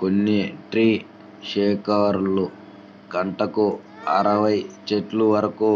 కొన్ని ట్రీ షేకర్లు గంటకు అరవై చెట్ల వరకు